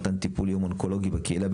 מתן טיפול אונקולוגי בקהילה,